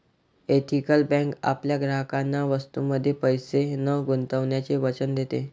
ethical bank आपल्या ग्राहकांना वस्तूंमध्ये पैसे न गुंतवण्याचे वचन देते